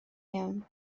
iawn